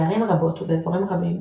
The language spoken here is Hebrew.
בערים רבות ובאזורים רבים,